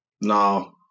No